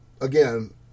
again